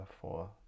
four